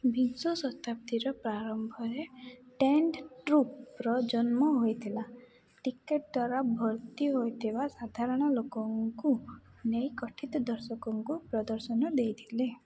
ବିଂଶ ଶତାବ୍ଦୀର ପ୍ରାରମ୍ଭରେ ଟେଣ୍ଟ୍ ଟ୍ରୁପ୍ର ଜନ୍ମ ହୋଇଥିଲା ଟିକେଟ୍ ଦ୍ୱାରା ଭର୍ତ୍ତି ହୋଇଥିବା ସାଧାରଣ ଲୋକଙ୍କୁ ନେଇ ଗଠିତ ଦର୍ଶକଙ୍କୁ ପ୍ରଦର୍ଶନ ଦେଇଥିଲେ